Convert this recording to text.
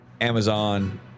Amazon